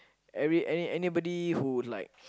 every any anybody who like